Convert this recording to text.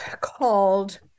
called